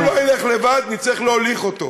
ואם הוא לא ילך לבד, נצטרך להוליך אותו.